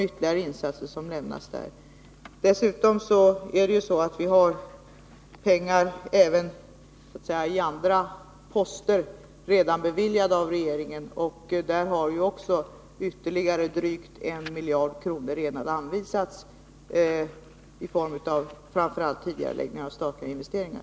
Dessutom har vi så att säga i andra poster pengar som redan är beviljade av regeringen. Där har också ytterligare 1 miljard kronor redan anvisats i form av framför allt tidigareläggningar av statliga investeringar.